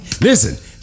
Listen